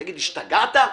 תגיד, השתגעת?